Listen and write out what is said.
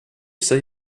say